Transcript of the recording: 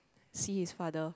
see his father